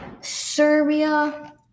Serbia